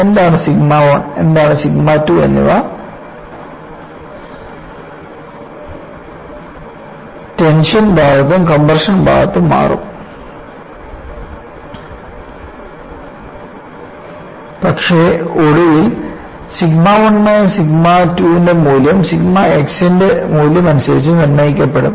എന്താണ് സിഗ്മ 1 എന്താണ് സിഗ്മ 2 എന്നിവ ടെൻഷൻ ഭാഗത്തും കംപ്രഷൻ ഭാഗത്തും മാറും പക്ഷേ ഒടുവിൽ സിഗ്മ 1 മൈനസ് സിഗ്മ 2 ന്റെ മൂല്യം സിഗ്മ x ന്റെ മൂല്യം അനുസരിച്ച് നിർണ്ണയിക്കപ്പെടും